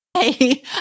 Hey